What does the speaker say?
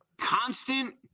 constant